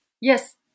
Yes